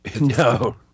No